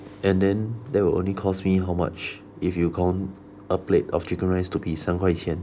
and then that will only cost me how much if you count a plate of chicken rice to be 三块钱